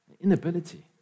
Inability